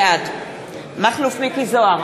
בעד מכלוף מיקי זוהר,